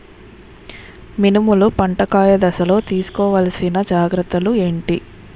మినుములు పంట కాయ దశలో తిస్కోవాలసిన జాగ్రత్తలు ఏంటి?